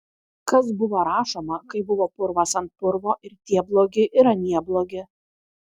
kas buvo rašoma kai buvo purvas ant purvo ir tie blogi ir anie blogi